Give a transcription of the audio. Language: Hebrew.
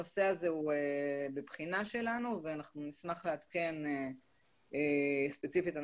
הנושא הזה בבחינה שלנו ואנחנו נשמח לעדכן ספציפית על